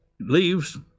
leaves